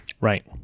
Right